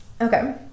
Okay